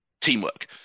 Teamwork